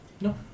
No